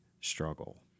struggle